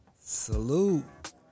Salute